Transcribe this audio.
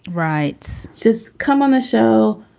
right. just come on the show.